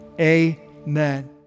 amen